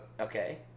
okay